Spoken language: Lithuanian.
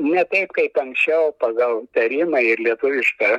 ne taip kaip anksčiau pagal tarimą ir lietuvišką